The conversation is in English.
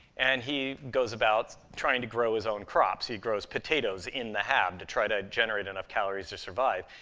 and he goes about trying to grow his own crops. he grows potatoes in the hab to try to generate enough calories to survive.